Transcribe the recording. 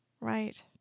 right